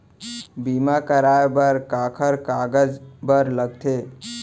बीमा कराय बर काखर कागज बर लगथे?